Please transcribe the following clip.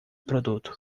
produto